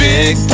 Big